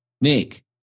Nick